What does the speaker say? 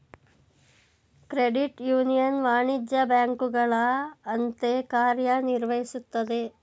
credit union ವಾಣಿಜ್ಯ ಬ್ಯಾಂಕುಗಳ ಅಂತೆ ಕಾರ್ಯ ನಿರ್ವಹಿಸುತ್ತದೆ